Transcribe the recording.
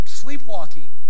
sleepwalking